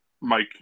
Mike